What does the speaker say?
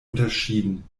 unterschieden